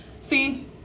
See